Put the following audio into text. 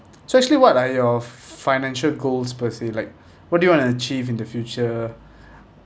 so actually what are your fi~ financial goals per se like what do you want to achieve in the future